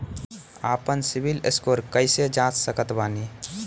आपन CIBIL score कैसे जांच सकत बानी?